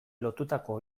lotutako